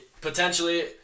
potentially